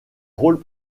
rôles